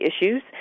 issues